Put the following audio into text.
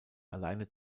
alleine